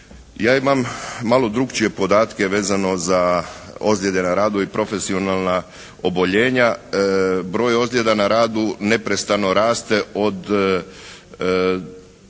Ja imam malo drukčije podatke vezano za ozljede na radu i profesionalna oboljenja. Broj ozljeda na radu neprestano raste od